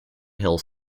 hills